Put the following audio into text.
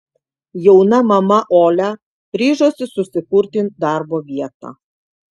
jauna mama olia ryžosi susikurti darbo vietą